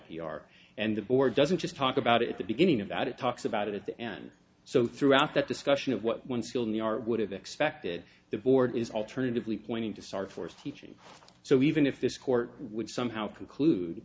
are and the board doesn't just talk about it at the beginning of that it talks about it at the end so throughout that discussion of what one skilled they are would have expected the board is alternatively pointing to starforce teaching so even if this court would somehow conclude